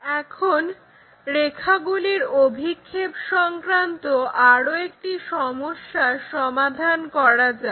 এখন রেখাগুলির অভিক্ষেপ সংক্রান্ত আরো একটি সমস্যার সমাধান করা যাক